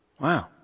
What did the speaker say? Wow